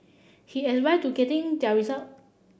his advice to getting their result